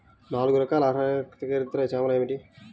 నాలుగు రకాల ఆర్థికేతర సేవలు ఏమిటీ?